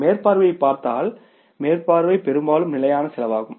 மேற்பார்வையைப் பார்த்தால் மேற்பார்வை பெரும்பாலும் நிலையான செலவாகும்